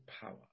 power